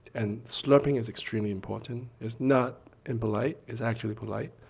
and slurping is extremely important. it's not impolite, it's actually polite.